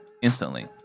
instantly